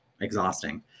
exhausting